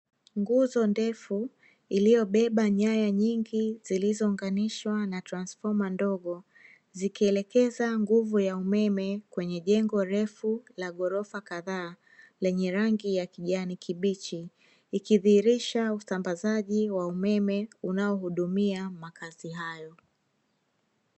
Nguzo ndefu iliyobeba nyaya nyingi zilizounganishwa na transfoma ndogo, zikielekeza nguvu ya umeme kwenye jengo refu la ghorofa kadhaa, lenye rangi ya kijani kibichi ikidhihirisha usambazaji wa umeme unao uhudumia makazi hayo.